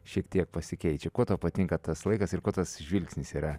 šiek tiek pasikeičia kuo tau patinka tas laikas ir kuo tas žvilgsnis yra